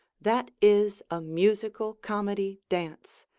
that is a musical comedy dance,